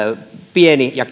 pieni ja